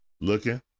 Looking